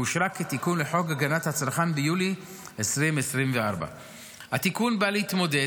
ואושרה כתיקון לחוק הגנת הצרכן ביולי 2024. התיקון בא להתמודד